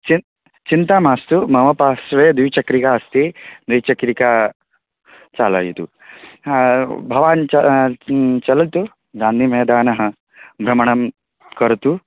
चिन् चिन्ता मास्तु मम पार्श्वे द्विचक्रिका अस्ति द्विचक्रिका चालयतु हा भवान् चा चलतु गान्धीमैदाने भ्रमणं करोतु